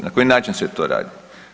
Na koji način se to radi?